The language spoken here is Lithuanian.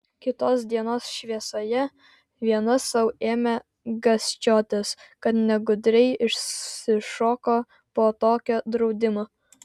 kitos dienos šviesoje viena sau ėmė gąsčiotis kad negudriai išsišoko po tokio draudimo